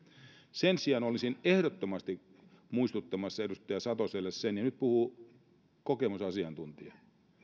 sen sijaan olisin ehdottomasti muistuttamassa edustaja satoselle ja nyt puhuu kokemusasiantuntija